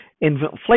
Inflation